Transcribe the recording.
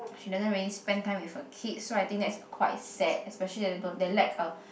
she doesn't really spend time with her kids so I think that's quite sad especially the little they lack a